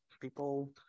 people